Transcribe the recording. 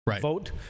vote